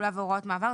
תחולה והוראות מעבר,